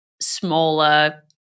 smaller